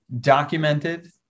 documented